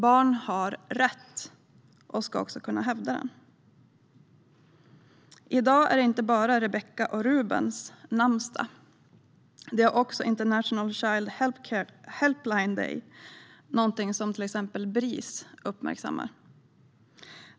Barn har rättigheter och ska också kunna hävda dem. I dag är det inte bara Rebecka och Ruben som har namnsdag. Det har också International Child Helpline Day - något som till exempel Bris uppmärksammar.